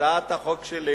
הצעת החוק שלי